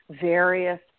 various